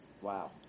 wow